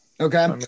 Okay